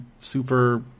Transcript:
super